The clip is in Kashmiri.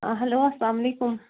آ ہیٚلو السلامُ علیکُم